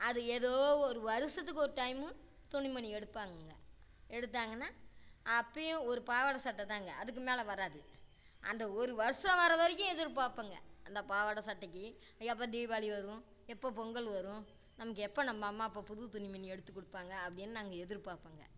அது ஏதோ ஒரு வருஷத்துக்கு ஒரு டைமு துணிமணி எடுப்பாங்கங்க எடுத்தாங்கன்னால் அப்பவும் ஒரு பாவாடை சட்டைதாங்க அதுக்கு மேலே வராது அந்த ஒரு வருடைம் வரவரைக்கும் எதிர்பார்ப்பங்க அந்த பாவாடை சட்டைக்கி எப்போ தீபாவளி வரும் எப்போ பொங்கல் வரும் நமக்கு எப்போ நம்ம அம்மா அப்பா புது துணிமணி எடுத்து கொடுப்பாங்க அப்படின்னு நாங்கள் எதிர்பார்ப்போங்க